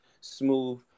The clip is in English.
smooth